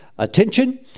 Attention